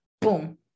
Boom